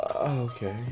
Okay